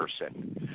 person